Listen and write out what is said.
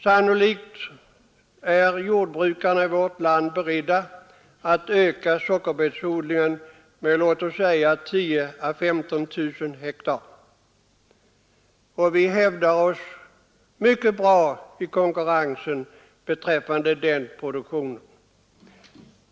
Sannolikt är också jordbrukarna i vårt land beredda att öka sockerbetsodlingen med låt oss säga 10000 å 15 000 hektar. Vi hävdar oss mycket bra i konkurrensen när det gäller den produktionen.